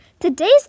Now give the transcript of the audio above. Today's